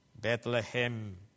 Bethlehem